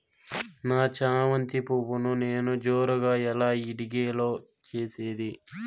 నా చామంతి పువ్వును నేను జోరుగా ఎలా ఇడిగే లో చేసేది?